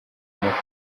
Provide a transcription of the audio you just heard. umukozi